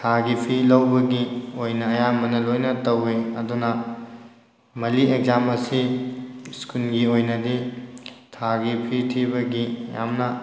ꯊꯥꯒꯤ ꯐꯤ ꯂꯧꯕꯒꯤ ꯑꯣꯏꯅ ꯑꯌꯥꯝꯕꯅ ꯂꯣꯏꯅ ꯇꯧꯋꯤ ꯑꯗꯨꯅ ꯃꯜꯂꯤ ꯑꯦꯛꯖꯥꯝ ꯑꯁꯤ ꯁ꯭ꯀꯨꯜꯒꯤ ꯑꯣꯏꯅꯗꯤ ꯊꯥꯒꯤ ꯐꯤ ꯊꯤꯕꯒꯤ ꯌꯥꯝꯅ